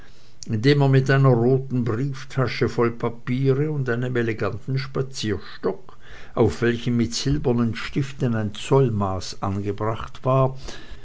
indem er mit einer roten brieftasche voll papiere und einem eleganten spazierstock auf welchem mit silbernen stiften ein zollmaß angebracht war